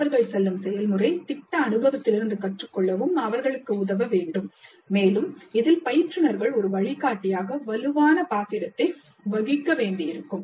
மாணவர்கள் செல்லும் செயல்முறை திட்ட அனுபவத்திலிருந்து கற்றுக்கொள்ளவும் அவர்களுக்கு உதவ வேண்டும் மேலும் இதில் பயிற்றுனர்கள் ஒரு வழிகாட்டியாக வலுவான பாத்திரத்தை வகிக்க வேண்டியிருக்கும்